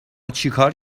چیکار